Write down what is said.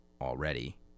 already